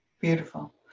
Beautiful